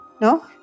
no